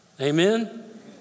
Amen